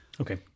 Okay